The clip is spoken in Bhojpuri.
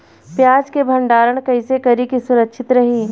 प्याज के भंडारण कइसे करी की सुरक्षित रही?